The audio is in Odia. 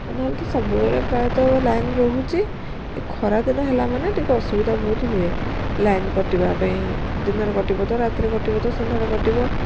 ନହେଲେ ତ ସବୁବେଳେ ପ୍ରାୟତଃ ଲାଇନ ରହୁଛି ଏଇ ଖରାଦିନ ହେଲା ମାନେ ଟିକେ ଅସୁବିଧା ବହୁତ ହୁଏ ଲାଇନ କଟିବା ପାଇଁ ଦିନରେ କଟିବ ତ ରାତିରେ କଟିବ ତ ସନ୍ଧ୍ୟାବେଳେ କଟିବ